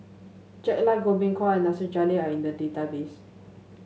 Jack Lai Goh Beng Kwan and Nasir Jalil are in the database